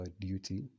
duty